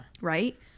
Right